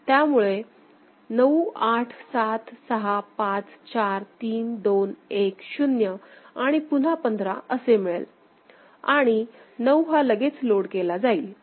त्यामुळे 9 8 7 6 5 4 3 2 1 0 आणि पुन्हा 15 असे मिळेल आणि 9 हा लगेच लोड केला जाईल